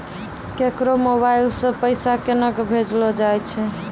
केकरो मोबाइल सऽ पैसा केनक भेजलो जाय छै?